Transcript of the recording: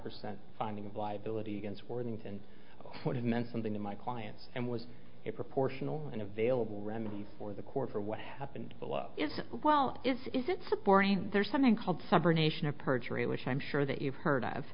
percent finding of liability against warrant and what it meant something to my clients and was a proportional and available remedies for the court for what happened below is a well is it's a bore and there's something called sub or nation of perjury which i'm sure that you've heard of